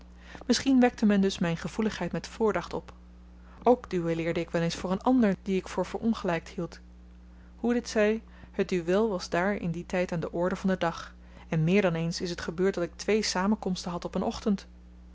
misschien wekte men dus myn gevoeligheid met voordacht op ook duelleerde ik wel eens voor een ander dien ik voor verongelykt hield hoe dit zy het duel was daar in dien tyd aan de orde van den dag en meer dan eens is t gebeurd dat ik twee samenkomsten had op een ochtend